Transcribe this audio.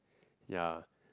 yeah